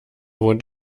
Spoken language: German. wohnt